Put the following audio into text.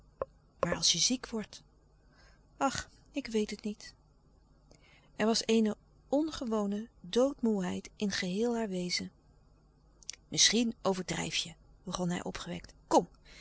maar als je ziek wordt ach ik weet het niet er was eene ongewone doodmoêheid in geheel haar wezen misschien overdrijf je begon hij opgewekt kom